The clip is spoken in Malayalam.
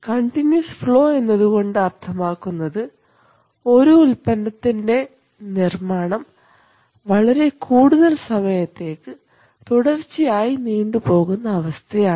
കണ്ടിന്യൂസ് ഫ്ലോ എന്നതുകൊണ്ട് അർത്ഥമാക്കുന്നത് ഒരു ഉൽപ്പന്നത്തിൻറെ നിർമ്മാണം വളരെ കൂടുതൽ സമയത്തേക്ക് തുടർച്ചയായി നീണ്ടുപോകുന്ന അവസ്ഥയാണ്